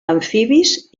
amfibis